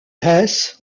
heath